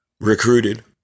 recruited